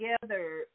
together